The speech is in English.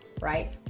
right